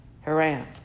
Haran